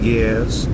Years